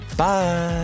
Bye